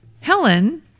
Helen